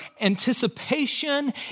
anticipation